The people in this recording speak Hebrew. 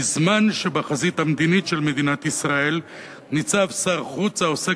בזמן שבחזית המדינית של מדינת ישראל ניצב שר חוץ העוסק